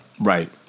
Right